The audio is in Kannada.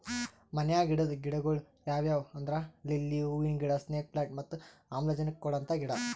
ಮನ್ಯಾಗ್ ಇಡದ್ ಗಿಡಗೊಳ್ ಯಾವ್ಯಾವ್ ಅಂದ್ರ ಲಿಲ್ಲಿ ಹೂವಿನ ಗಿಡ, ಸ್ನೇಕ್ ಪ್ಲಾಂಟ್ ಮತ್ತ್ ಆಮ್ಲಜನಕ್ ಕೊಡಂತ ಗಿಡ